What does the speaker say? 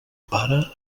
pare